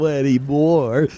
anymore